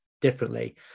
differently